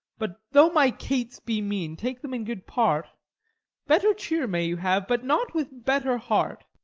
but though my cates be mean, take them in good part better cheer may you have, but not with better heart.